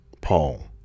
Paul